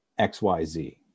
XYZ